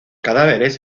cadáveres